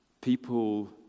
People